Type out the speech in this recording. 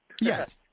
Yes